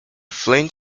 flint